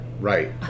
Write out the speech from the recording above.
Right